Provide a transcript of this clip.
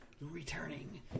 returning